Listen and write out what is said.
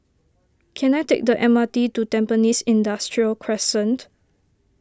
can I take the M R T to Tampines Industrial Crescent